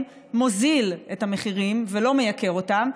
מוריד את המחירים ולא מעלה אותם,